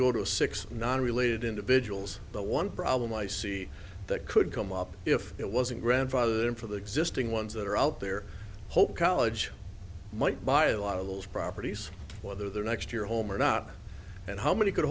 go to a six non related individuals but one problem i see that could come up if it wasn't grandfathered in for the existing ones that are out there hope college might buy a lot of those properties whether they're next year home or not and how many could